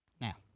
Now